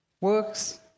works